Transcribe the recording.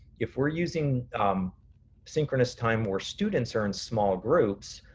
if we're using synchronous time where students are in small groups,